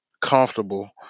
comfortable